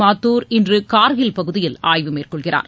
மாத்தூர் இன்று கார்கில் பகுதியில் ஆய்வு மேற்கொள்கிறார்